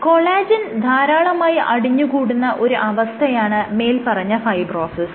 collagen ധാരാളമായി അടിഞ്ഞുകൂടുന്ന ഒരു അവസ്ഥയാണ് മേല്പറഞ്ഞ ഫൈബ്രോസിസ്